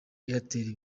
airtel